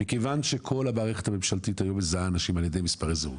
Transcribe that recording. מכיוון שכל המערכת הממשלתית היום מזהה אנשים על ידי מספרי זהות,